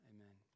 Amen